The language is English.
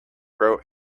grow